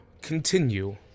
continue